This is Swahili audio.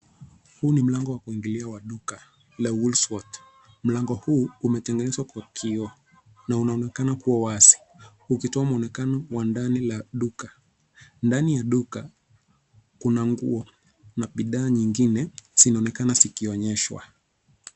Huu ni mlango wa kuingilia wa duka la Woolsworth, mlango huu ume tengenezwa kwa kioo na unaonekana kuwa wazi uki toa mwonekano wa ndani la duka, ndani ya duka kuna nguo na bidhaa nyingine zinaonekana zikionyeshwa.